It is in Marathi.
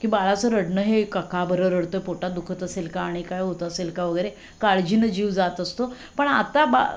की बाळाचं रडणं हे का का बरं रडतं पोटात दुखत असेल का आणि काय होतं असेल का वगैरे काळजीनं जीव जात असतो पण आता बा